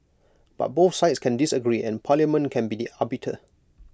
but both sides can disagree and parliament can be the arbiter